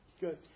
good